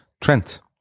Trent